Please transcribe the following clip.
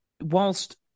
whilst